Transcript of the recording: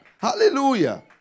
Hallelujah